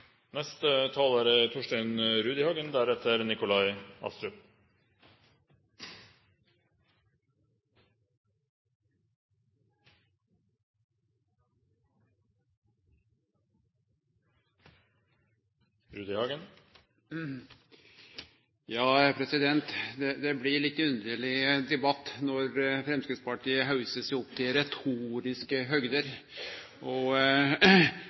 Det blir ein litt underleg debatt når Framstegspartiet haussar seg opp til retoriske høgder og